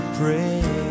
pray